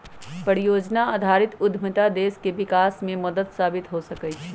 परिजोजना आधारित उद्यमिता देश के विकास में मदद साबित हो सकइ छै